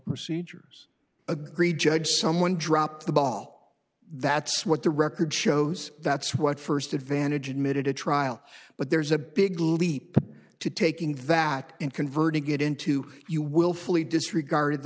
procedures agreed judge someone dropped the ball that's what the record shows that's what first advantage admitted to trial but there's a big leap to taking that and converting it into you willfully disregarded the